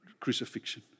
Crucifixion